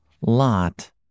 lot